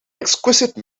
exquisite